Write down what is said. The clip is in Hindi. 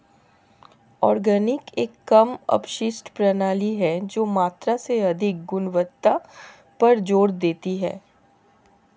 ऑर्गेनिक एक कम अपशिष्ट प्रणाली है जो मात्रा से अधिक गुणवत्ता पर जोर देती है